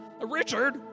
Richard